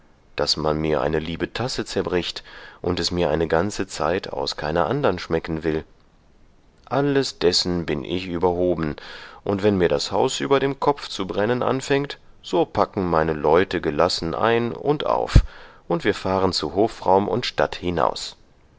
daß man mir eine liebe tasse zerbricht und es mir eine ganze zeit aus keiner andern schmecken will alles dessen bin ich überhoben und wenn mir das haus über dem kopf zu brennen anfängt so packen meine leute gelassen ein und auf und wir fahren zu hofraum und stadt hinaus